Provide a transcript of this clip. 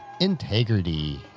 integrity